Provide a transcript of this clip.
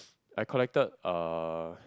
like collected uh